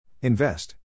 Invest